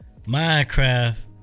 Minecraft